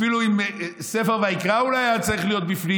אפילו ספר ויקרא אולי היה צריך להיות בפנים.